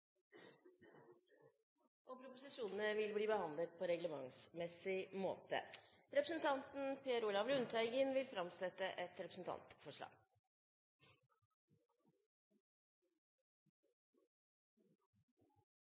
og vil ta sete. Representanten Per Olaf Lundteigen vil framsette et representantforslag.